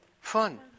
fun